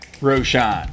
Roshan